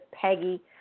Peggy